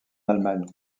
allemagne